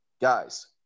guys